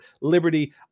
liberty